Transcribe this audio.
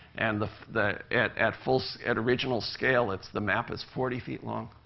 and the the at at full so at original scale, it's the map is forty feet long.